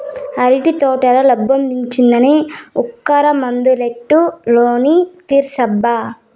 అరటి తోటల లాబ్మొచ్చిందని ఉరక్క ముందటేడు లోను తీర్సబ్బా